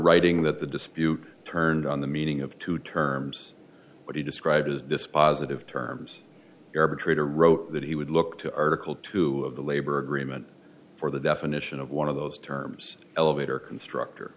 writing that the dispute turned on the meaning of two terms what he described as dispositive terms or betrayed or wrote that he would look to article two of the labor agreement for the definition of one of those terms elevator constructor